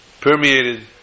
permeated